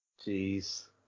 Jeez